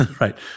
right